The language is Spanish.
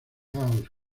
house